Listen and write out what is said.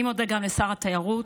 אני מודה גם לשר התיירות